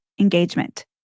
engagement